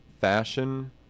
fashion